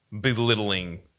belittling